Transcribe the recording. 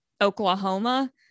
Oklahoma